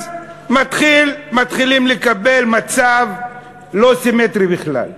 אז מתחילים לקבל מצב לא סימטרי בכלל.